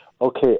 Okay